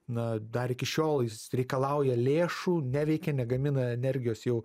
na dar iki šiol jis reikalauja lėšų neveikia negamina energijos jau